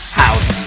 house